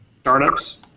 startups